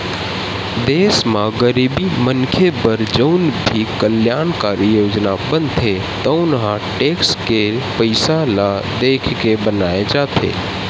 देस म गरीब मनखे बर जउन भी कल्यानकारी योजना बनथे तउन ह टेक्स के पइसा ल देखके बनाए जाथे